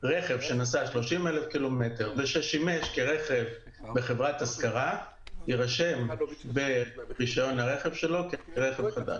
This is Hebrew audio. רכב שנסע ושימש כרכב בחברת השכרה, כרכב חדש.